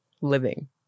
living